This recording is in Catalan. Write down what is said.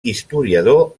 historiador